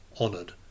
honoured